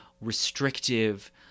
restrictive